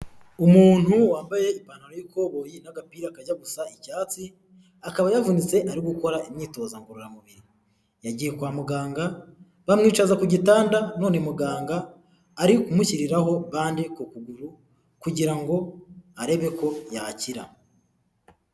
Umuntu wambaye ipantaro y'ikoboyi n'agapira kajya gusa icyatsi akaba yavunitse arigukora imyitozo ngororamubiri. Yagiye kwa muganga bamwicaza ku gitanda none muganga ari kumushyiriraho bande ku kuguru kugira ngo arebe ko yakira.